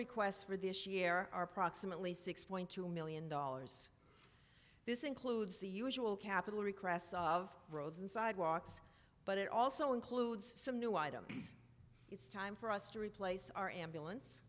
requests for this year our proximately six point two million dollars this includes the usual capital requests of roads and sidewalks but it also includes some new items it's time for us to replace our ambulance